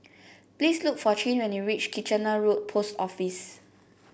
please look for Chin when you reach Kitchener Road Post Office